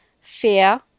fear